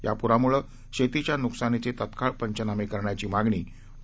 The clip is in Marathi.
या पुरामुळं शेतीच्या नुकसानीचे तत्काळ पंचनामे करण्याची मागणी डॉ